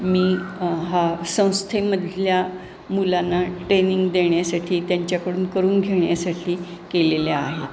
मी हा संस्थेमधल्या मुलांना ट्रेनिंग देण्यासाठी त्यांच्याकडून करून घेण्यासाठी केलेल्या आहेत